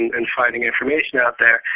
and finding information out there.